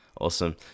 Awesome